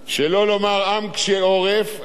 אני מאחל לך הצלחה גדולה בתפקיד,